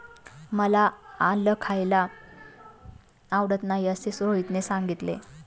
मला आलं खायला आवडत नाही असे रोहितने सांगितले